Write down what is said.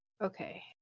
Okay